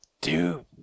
Dude